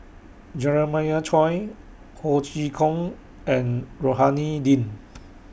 Jeremiah Choy Ho Chee Kong and Rohani Din